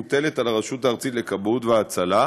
מוטלת על הרשות הארצית לכבאות והצלה,